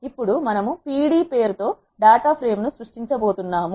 ఇప్పుడు మనము pd పేరుతో డాటా ఫ్రేమ్ ను సృష్టించబోతున్నాము